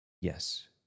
Yes